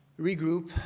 regroup